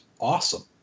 awesome